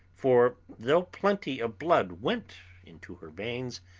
for though plenty of blood went into her veins,